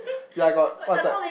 ya I got WhatsApp